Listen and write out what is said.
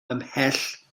ymhell